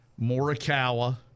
Morikawa